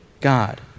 God